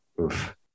Oof